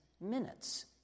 minutes